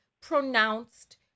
pronounced